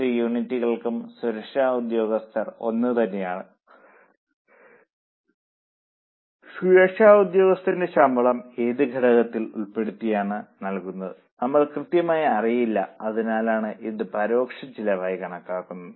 10 യൂണിറ്റുകൾക്കും സുരക്ഷാ ഉദ്യോഗസ്ഥൻ ഒന്നുതന്നെയാണ് സുരക്ഷാ ഉദ്യോഗസ്ഥന്റെ ശമ്പളം ഏത് ഘടകത്തിൽ ഉൾപ്പെടുത്തിയാണ് നൽകുന്നതെന്ന് നമ്മൾക്ക് കൃത്യമായി അറിയില്ല അതിനാലാണ് ഇത് പരോക്ഷ ചെലവായി കണക്കാക്കുന്നത്